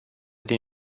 din